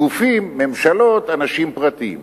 גופים, ממשלות, אנשים פרטיים.